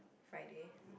Friday